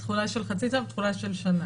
יש תחולה של חצי שנה ויש תחולה של שנה.